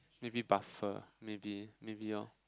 maybe buffer maybe maybe orh